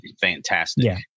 fantastic